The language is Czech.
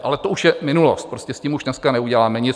Ale to už je minulost, s tím už dneska neuděláme nic.